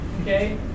okay